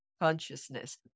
Consciousness